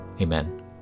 Amen